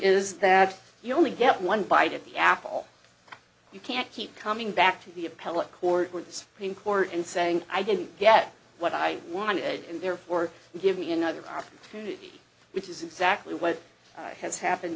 is that you only get one bite at the apple you can't keep coming back to the appellate court when it's plain court and saying i didn't get what i wanted and therefore give me another opportunity which is exactly what has happened